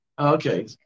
okay